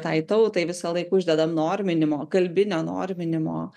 tai tautai visą laik uždedam norminimo kalbinio norminimo